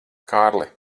kārli